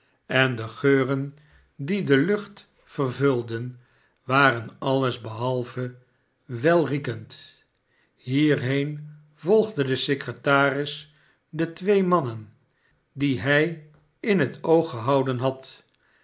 en de geuren die de lucht vervulden waren alles behalve welriekend hierheen volgde de secretaris de twee mannen die hij in het oog gehouden had